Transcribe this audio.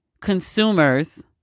Consumers